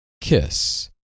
kiss